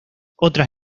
otras